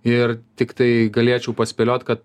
ir tiktai galėčiau paspėliot kad